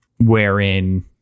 Wherein